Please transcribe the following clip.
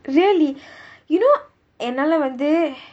really you know என்னாலே வந்து:ennaalae vanthu